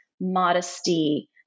modesty